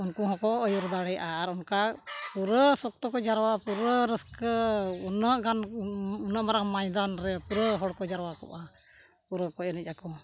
ᱩᱱᱠᱩ ᱦᱚᱸᱠᱚ ᱟᱹᱭᱩᱨ ᱫᱟᱲᱮᱭᱟᱜᱼᱟ ᱟᱨ ᱚᱱᱠᱟ ᱯᱩᱨᱟᱹ ᱥᱚᱠᱛᱚ ᱠᱚ ᱡᱟᱨᱣᱟ ᱯᱩᱨᱟᱹ ᱨᱟᱹᱥᱠᱟᱹ ᱩᱱᱟᱹᱜ ᱜᱟᱱ ᱩᱱᱟᱹᱜ ᱢᱟᱨᱟᱝ ᱢᱟᱭᱫᱟᱱ ᱨᱮ ᱯᱩᱨᱟᱹ ᱦᱚᱲ ᱠᱚ ᱡᱟᱨᱣᱟ ᱠᱚᱜᱼᱟ ᱯᱩᱨᱟᱹ ᱠᱚ ᱮᱱᱮᱡ ᱟᱠᱚ